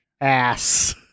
Ass